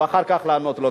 ואחר כך לענות לו.